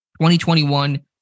2021